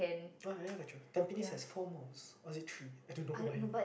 ah Tampines has four malls or is it three I don't know why